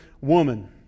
woman